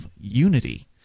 unity